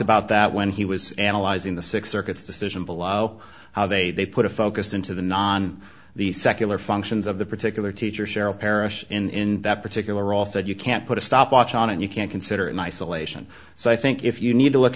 about that when he was analyzing the six circuits decision below how they they put a focus into the non the secular functions of the particular teacher cheryl parish in that particular all said you can't put a stop watch on and you can't consider in isolation so i think if you need to look